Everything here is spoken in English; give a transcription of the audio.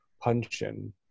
Punchin